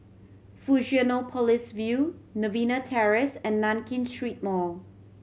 Fusionopolis View Novena Terrace and Nankin Street Mall